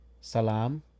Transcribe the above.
Salam